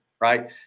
right